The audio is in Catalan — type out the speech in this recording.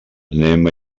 anem